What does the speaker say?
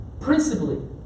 principally